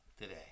today